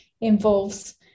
involves